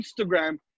Instagram